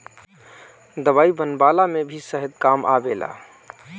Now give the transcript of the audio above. दवाई बनवला में भी शहद काम आवेला